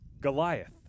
Goliath